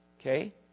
Okay